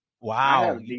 Wow